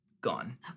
Gone